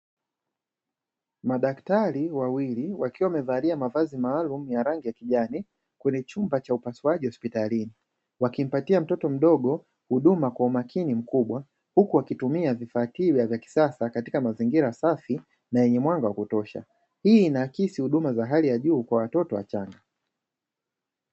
Madaktari wawili wakiwa wamevalia mavazi maalumu ya rangi ya kijani, kwenye chumba cha upasuaji hospitalini. Wakimapatia mtoto mdogo huduma kwa umakini mkubwa, huku wakitumia vifaa tiba vya kisasa katika mazingira safi na yenye mwanga wa kutosha. Hii inaakisi huduma za hali ya juu kwa watoto wachanga.